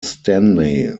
stanley